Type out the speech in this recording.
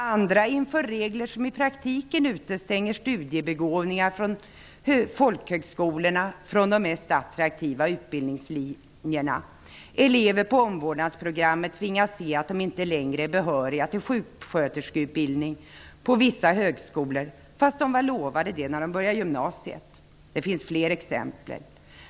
Andra inför regler som i praktiken utestänger studiebegåvningar från folkhögskolorna ifrån de mest attraktiva utbildningslinjerna. Elever på omvårdnadsprogrammet tvingas se att de inte längre är behöriga till sjuksköterskeutbildning på vissa högskolor, fast de var lovade det när de började gymnasiet. Det finns fler exempel.